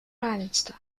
равенства